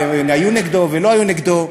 היו נגדו ולא היו נגדו.